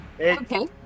Okay